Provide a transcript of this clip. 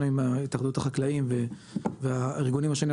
עם התאחדות החקלאים והארגונים השונים,